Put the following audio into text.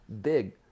big